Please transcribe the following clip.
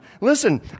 Listen